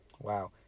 Wow